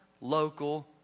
local